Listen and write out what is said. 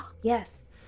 Yes